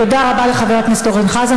תודה רבה לחבר הכנסת אורן חזן.